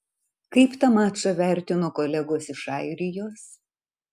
kaip tą mačą vertino kolegos iš airijos